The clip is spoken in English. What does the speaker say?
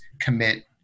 commit